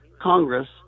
Congress